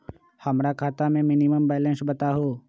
हमरा खाता में मिनिमम बैलेंस बताहु?